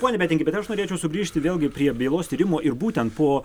pone betingi bet aš norėčiau sugrįžti vėlgi prie bylos tyrimo ir būtent po